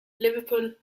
liverpool